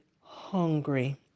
hungry